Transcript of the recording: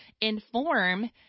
inform